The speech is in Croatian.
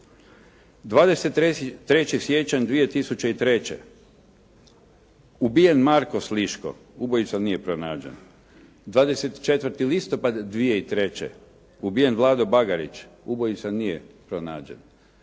23. siječanj 2003. ubijen Marko Sliško, ubojica nije pronađen. 24. listopad 2003. ubijen Vlado Bagarić, ubojica nije pronađen.